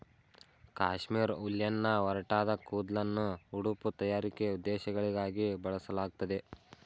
ಕಾಶ್ಮೀರ್ ಉಲ್ಲೆನ್ನ ಒರಟಾದ ಕೂದ್ಲನ್ನು ಉಡುಪು ತಯಾರಿಕೆ ಉದ್ದೇಶಗಳಿಗಾಗಿ ಬಳಸಲಾಗ್ತದೆ